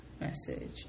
message